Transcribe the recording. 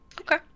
Okay